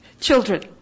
children